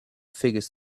figures